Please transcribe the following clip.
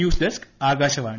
news desk Akashvani